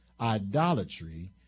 idolatry